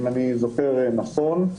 אם אני זוכר נכון,